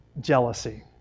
jealousy